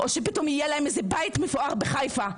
או פתאום יהיה להם בית מפואר בחיפה.